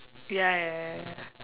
ya ya ya